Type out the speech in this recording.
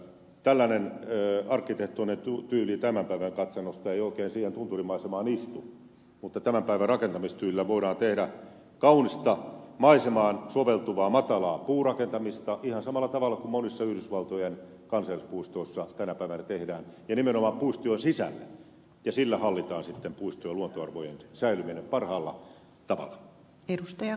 tällainen arkkitehtuurityyli tämän päivän katsannosta ei oikein siihen tunturimaisemaan istu mutta tämän päivän rakentamistyylillä voidaan tehdä kaunista maisemaan soveltuvaa matalaa puurakentamista ihan samalla tavalla kuin monissa yhdysvaltojen kansallispuistoissa tänä päivänä tehdään ja nimenomaan puistojen sisälle ja sillä hallitaan sitten puistojen luontoarvojen säilyminen parhaalla tavalla